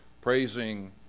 praising